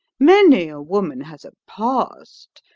many a woman has a past,